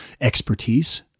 expertise